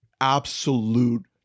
absolute